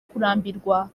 kurambirwa